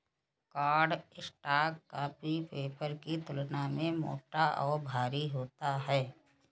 cardstock copy paper की तुलना में मोटा और भारी होता है